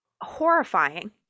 horrifying